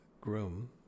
groom